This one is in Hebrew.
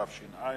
התש"ע 2010,